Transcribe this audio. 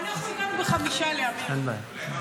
אנחנו היינו בחמישה ל-, אמיר.